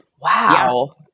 Wow